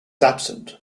absent